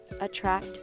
attract